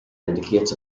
indicates